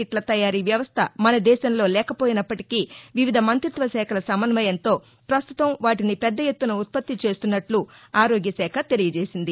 కిట్ల తయారి వ్యవస్ద మన దేశంలో లేకపోయినప్పటికీ వివిధ మంతిత్వశాఖల సమన్వయంతో పస్తుతం వాటిని పెద్ద ఎత్తున ఉత్పత్తి చేస్తున్నట్లు ఆరోగ్యశాఖ తెలియచేసింది